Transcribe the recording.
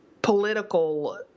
political